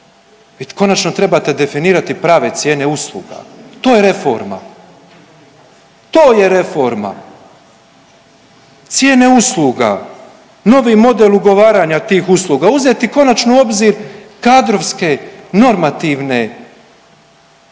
konačno trebate definirati prave cijene usluga, to je reforma. To je reforma. Cijene usluga, novi model ugovaranja tih usluga. Uzeti konačno u obzir kadrovske, normativne.